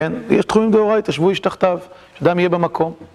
ויש תחומים דהוריתא, שבו איש תחתיו, שדם יהיה במקום